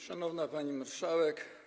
Szanowna Pani Marszałek!